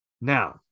now